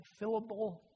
fillable